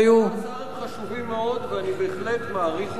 דברי השר חשובים מאוד ואני בהחלט מעריך אותם,